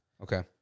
Okay